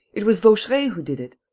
it was vaucheray who did it.